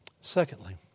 Secondly